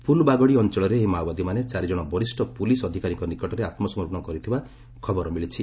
ଫୁଲବାଗଡ଼ି ଅଞ୍ଚଳରେ ଏହି ମାଓବାଦୀମାନେ ଚାରି ଜଣ ବରିଷ୍ଠ ପୁଲିସ୍ ଅଧିକାରୀଙ୍କ ନିକଟରେ ଆତ୍ମସମର୍ପଣ କରିଥିବା ଖବର ମିଳିଛି